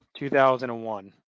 2001